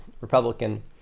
Republican